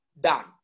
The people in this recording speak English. done